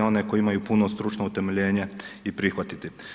One koje imaju puno stručno utemeljenje i prihvatiti.